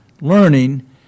learning